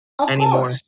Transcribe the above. anymore